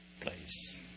place